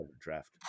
draft